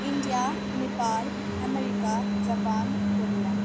India Nepal America Japan Korea